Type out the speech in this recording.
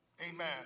amen